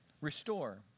Restore